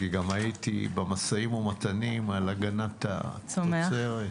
כי גם הייתי במשאים ומתנים על הגנת התוצרת.